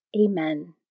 Amen